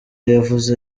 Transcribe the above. yavuze